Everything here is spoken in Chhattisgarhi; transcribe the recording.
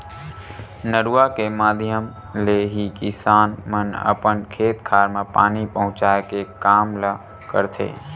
नरूवा के माधियम ले ही किसान मन अपन खेत खार म पानी पहुँचाय के काम ल करथे